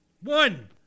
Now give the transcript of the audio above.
One